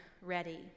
ready